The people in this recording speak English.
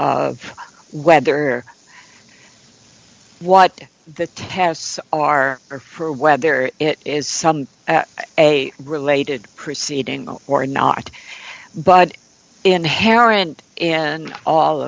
of whether what the tests are or for whether it is some a related proceeding or not but inherent in all